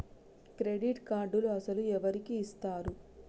Credit కార్డులు అసలు ఎవరికి ఇస్తారు?